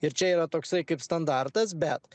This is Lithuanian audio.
ir čia yra toksai kaip standartas bet